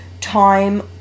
time